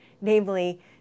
namely